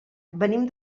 venim